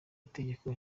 itegeko